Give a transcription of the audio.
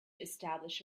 establish